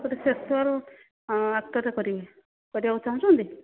ଗୋଟେ ଶେଷରୁ କରିବେ କରିବାକୁ ଚାହୁଁଛନ୍ତି